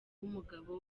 w’umugabo